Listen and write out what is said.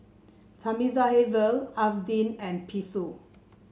Thamizhavel Arvind and Peyush